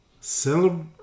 Celebrate